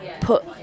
put